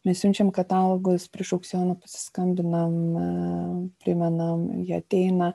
mes siunčiam katalogus prieš aukcioną pasiskambinam primenam jie ateina